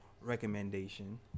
recommendation